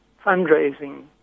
fundraising